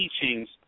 teachings